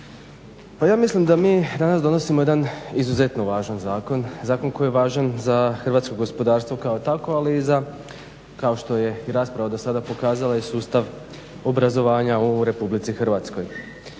Pa ja mislim da mi danas donosimo jedan izuzetno važan zakon, zakon koji je važan za hrvatsko gospodarstvo kao takvo ali i za kao što je i rasprava do sada pokazala i sustav obrazovanje u Republici Hrvatskoj.